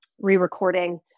re-recording